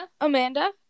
Amanda